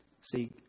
See